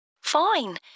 Fine